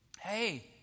Hey